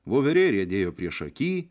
voverė riedėjo priešaky